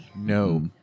no